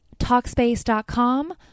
Talkspace.com